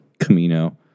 Camino